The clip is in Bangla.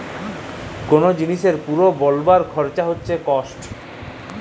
কল জিলিসের যে পুরা বলবার খরচা হচ্যে কস্ট